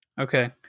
Okay